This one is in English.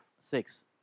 Six